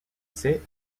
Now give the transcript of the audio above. sait